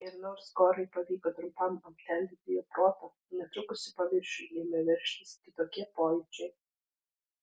ir nors korai pavyko trumpam aptemdyti jo protą netrukus į paviršių ėmė veržtis kitokie pojūčiai